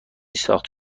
ساخته